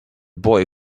boy